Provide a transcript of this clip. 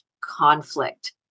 conflict